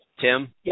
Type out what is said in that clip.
Tim